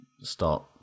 start